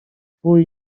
twój